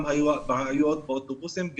גם היו בעיות באוטובוסים.